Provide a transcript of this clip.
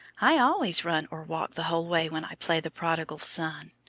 i always run or walk the whole way when i play the prodigal son.